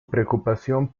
preocupación